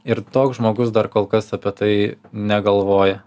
ir toks žmogus dar kol kas apie tai negalvoja